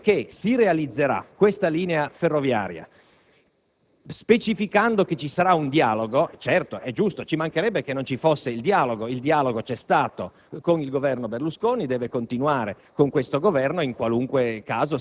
manifestava contro quella linea ferroviaria. Va anche ricordato che la maggior parte di loro si oppongono in ogni caso. Si dice che si realizzerà questa linea ferroviaria,